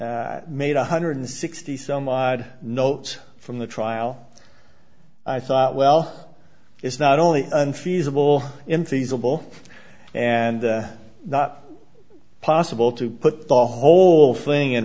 made one hundred sixty some odd notes from the trial i thought well it's not only unfeasible infeasible and not possible to put the whole thing in